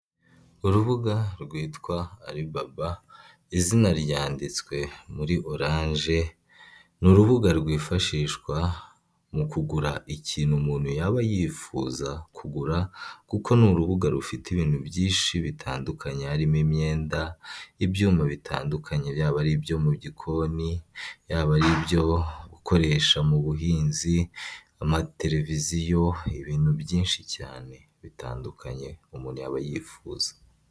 Urubuga rwitwa alibaba izina ryanditswe muri oranje. Ni urubuga rwifashishwa mu kugura ikintu umuntu yaba yifuza kugura, kuko ni urubuga rufite ibintu byinshi bitandukanye harimo imyenda, ibyuma bitandukanye byaba ari ibyo gukoresha mu gikoni, yaba ari ibyo gukoresha mu buhinzi, amateleviziyo ibintu byinshi cyane bitandukanye umuntu yaba aba yifuza.